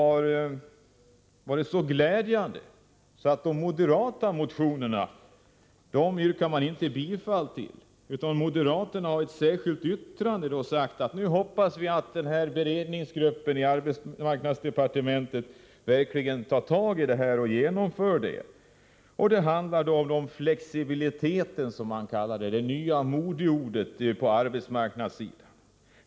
Detta var så glädjande för moderaterna att de inte har yrkat bifall till sina motioner. Moderaterna säger i stället i ett särskilt yttrande att de hoppas att beredningsgruppen i arbetsmarknadsdepartementet verkligen tar tag i de frågor om semester som tas upp i motionerna och genomför förslagen där. Det handlar om ”flexibilitet” — det nya modeordet på arbetsmarknadssidan.